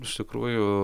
iš tikrųjų